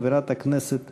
חברת הכנסת